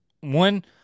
one